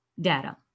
data